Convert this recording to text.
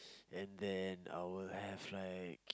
and then I will have like